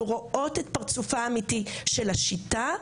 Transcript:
רואות את פרצופה האמיתי של השיטה,